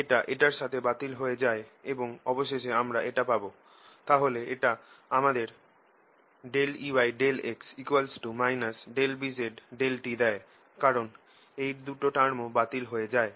এটা এটার সাথে বাতিল হয়ে যায় এবং অবশেষে আমরা এটা পাব তাহলে এটা আমাদের Eyx Bz∂t দেয় কারণ এই দুটো টার্মও বাতিল হয়ে যায়